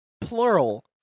Plural